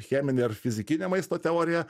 cheminė ar fizikinė maisto teorija